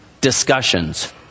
discussions